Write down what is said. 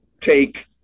take